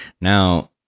now